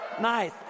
Nice